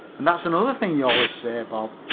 and that's another thing you always say, bob.